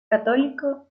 católico